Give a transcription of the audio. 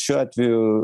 šiuo atveju